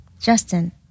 justin